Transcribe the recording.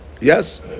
Yes